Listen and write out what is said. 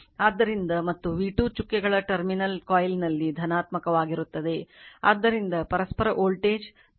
ಆದ್ದರಿಂದ ಮತ್ತು v2 ಚುಕ್ಕೆಗಳ ಟರ್ಮಿನಲ್ ಕಾಯಿಲ್ನಲ್ಲಿ ಧನಾತ್ಮಕವಾಗಿರುತ್ತದೆ ಆದ್ದರಿಂದ ಪರಸ್ಪರ voltage M d I d i1 dt